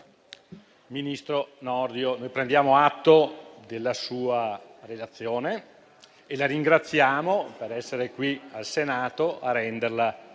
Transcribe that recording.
Ministro Nordio, prendiamo atto della sua relazione e la ringraziamo per essere qui in Senato a renderla